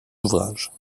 ouvrages